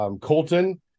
Colton